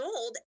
old